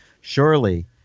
Surely